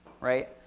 right